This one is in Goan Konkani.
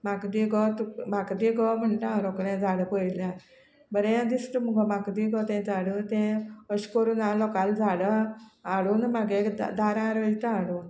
म्हाका दी गो तुक म्हाका दी गो म्हणटा हांव रोखडें झाडां पयल्या बरें दिसता मुगो म्हाका दी गो तें झाड तें अशें करून हांव लोकांलीं झाडां हाडून म्हागे एक दा दारां रोयता हाडून